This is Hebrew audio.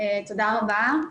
תודה רבה,